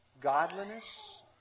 Godliness